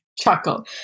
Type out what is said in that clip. chuckle